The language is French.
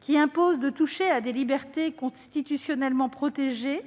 qui imposent de toucher à des libertés constitutionnellement protégées